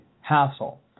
hassle